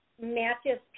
matches